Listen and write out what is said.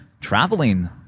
traveling